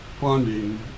funding